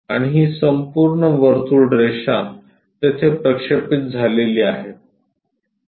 आणि ही संपूर्ण वर्तुळ रेषा तेथे प्रक्षेपित झालेली आहे